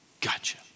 Gotcha